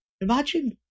Imagine